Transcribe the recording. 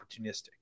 opportunistic